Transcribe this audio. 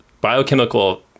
biochemical